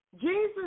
Jesus